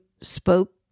spoke